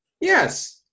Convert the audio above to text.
Yes